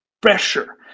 pressure